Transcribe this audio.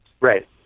Right